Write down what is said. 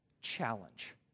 challenge